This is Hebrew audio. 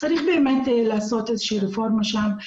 צריך באמת לעשות איזו שהיא רפורמה שם,